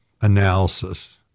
analysis